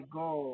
go